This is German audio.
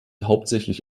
hauptsächlich